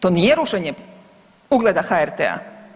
To nije rušenje ugleda HRT-a?